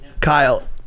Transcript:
Kyle